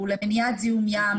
הוא למניעת זיהום ים,